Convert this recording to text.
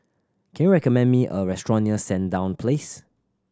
can you recommend me a restaurant near Sandown Place